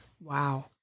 Wow